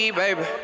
baby